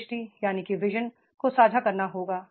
दृष्टि को साझा करना होगा